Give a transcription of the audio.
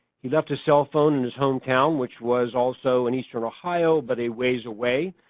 he left his cellphone in his hometown, which was also in eastern ohio, but a ways away.